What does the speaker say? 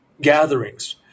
gatherings